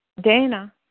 Dana